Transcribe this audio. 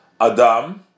Adam